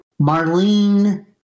marlene